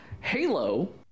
Halo